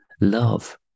love